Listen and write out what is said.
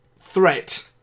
threat